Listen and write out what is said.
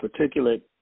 particulate